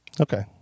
Okay